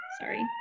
Sorry